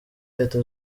leta